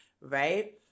right